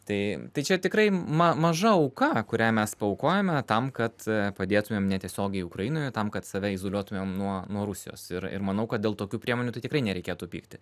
tai čia tikrai m ma maža auka kurią mes paaukojame tam kad padėtumėm netiesiogiai ukrainoje tam kad save izoliuotume nuo nuo rusijos ir ir manau kad dėl tokių priemonių tai tikrai nereikėtų pykti